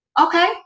okay